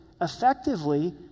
effectively